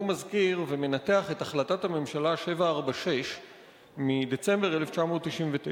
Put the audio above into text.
והוא מזכיר ומנתח את החלטת הממשלה 746 מדצמבר 1999,